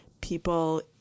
People